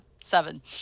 seven